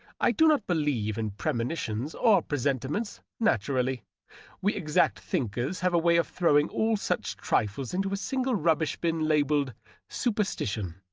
i do not believe in premonitions or presentiments, naturally we exact thinkers have a way of throwing all such trifles into a single rubbish-bin, labelled super stition.